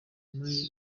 muri